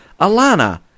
Alana